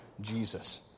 Jesus